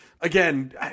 again